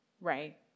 right